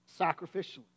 sacrificially